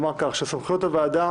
סמכויות הוועדה